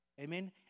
Amen